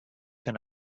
can